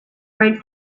read